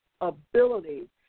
ability